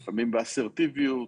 לפעמים באסרטיביות,